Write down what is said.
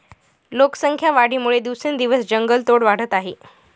लोकसंख्या वाढीमुळे दिवसेंदिवस जंगलतोड वाढत आहे